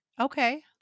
Okay